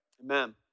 Amen